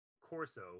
Corso